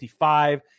55